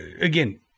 again